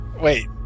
Wait